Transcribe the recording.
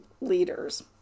leaders